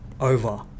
over